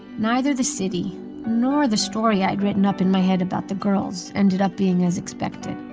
neither the city nor the story i'd written up in my head about the girls ended up being as expected.